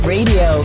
Radio